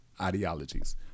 ideologies